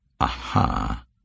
Aha